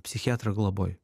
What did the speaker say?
psichiatro globoj